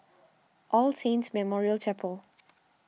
All Saints Memorial Chapel